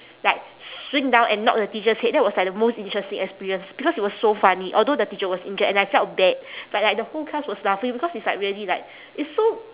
like swing down and knock the teacher's head that was like the most interesting experience because it was so funny although the teacher was injured and I felt bad but like the whole class was laughing because it's like really like is so